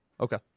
Okay